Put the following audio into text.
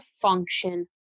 function